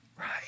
right